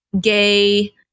gay